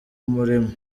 umurimo